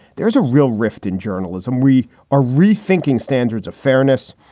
there is a real rift in journalism. we are rethinking standards of fairness.